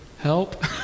help